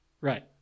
Right